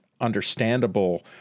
understandable